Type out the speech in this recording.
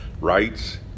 rights